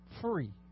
free